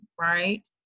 right